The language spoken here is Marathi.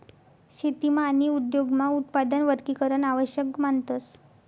शेतीमा आणि उद्योगमा उत्पादन वर्गीकरण आवश्यक मानतस